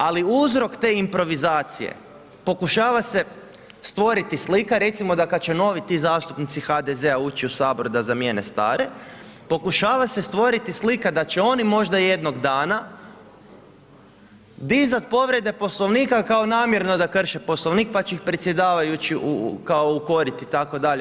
Ali uzrok te improvizacije pokušava se stvoriti slika da recimo kada će novi ti zastupnici HDZ-a ući u Sabor da zamijene stare, pokušava se stvoriti slika da će oni možda jednoga dana dizati povrede Poslovnika kao namjerno da krše Poslovnik, pa će ih predsjedavajući kao ukoriti itd.